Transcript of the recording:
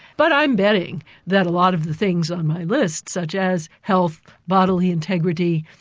but i'm betting that a lot of the things on my list, such as health, bodily integrity,